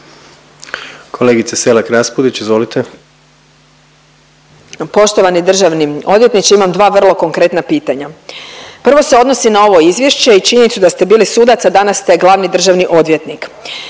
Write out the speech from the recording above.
izvolite. **Selak Raspudić, Marija (Nezavisni)** Poštovani državni odvjetniče imam dva vrlo konkretna pitanja. Prvo se odnosi na ovo izvješće i činjenicu da ste bili sudac, a danas ste glavni državni odvjetnik.